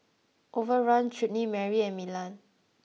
Overrun Chutney Mary and Milan